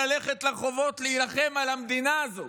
ללכת לרחובות ולהילחם על המדינה הזאת,